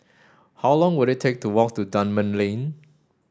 how long will it take to walk to Dunman Lane